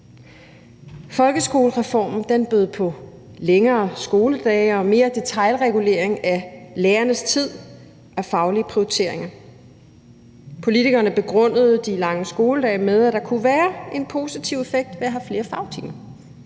Folkeskolereformen bød på længere skoledage og mere detailregulering af lærernes tid og faglige prioriteringer. Politikerne begrundede de lange skoledage med, at der kunne være en positiv effekt ved at have flere fagtimer,